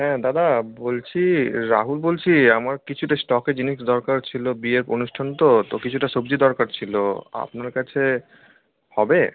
হ্যাঁ দাদা বলছি রাহুল বলছি আমার কিছুটা স্টকে জিনিস দরকার ছিল বিয়ের অনুষ্ঠান তো তো কিছুটা সবজি দরকার ছিল আপনার কাছে হবে